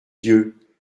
yeux